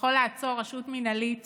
שיכול לעצור רשות מינהלית